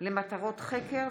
יצחק פינדרוס,